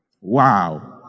Wow